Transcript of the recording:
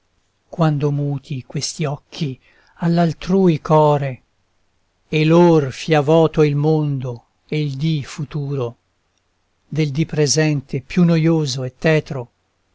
quando muti questi occhi all'altrui core e lor fia vòto il mondo e il dì futuro del dì presente più noioso e tetro